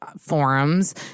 forums